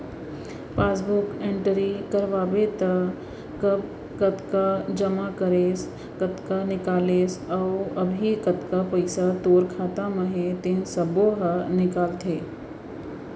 passbook entry कराबे त कब कतका जमा करेस, कतका निकालेस अउ अभी कतना पइसा तोर खाता म हे तेन सब्बो ह लिखाथे